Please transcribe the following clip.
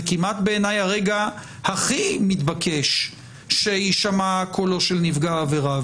זה כמעט הרגע הכי מתבקש שיישמע קולו של נפגע העבירה.